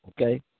okay